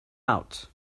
out